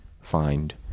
find